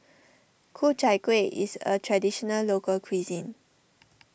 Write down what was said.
Ku Chai Kueh is a Traditional Local Cuisine